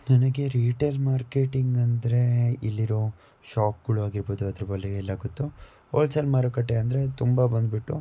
ನನಗೆ retail marketing ಅಂದರೇ ಇಲ್ಲಿರೋ ಶಾಪ್ಗಳು ಆಗಿರ್ಬೋದು ಅದರ ಬಗೆ ಎಲ್ಲ ಗೊತ್ತು ಹೋಲ್ಸೇಲ್ ಮಾರುಕಟ್ಟೆ ಅಂದರೆ ತುಂಬ ಬಂದುಬಿಟ್ಟು